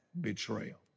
betrayal